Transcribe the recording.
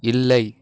இல்லை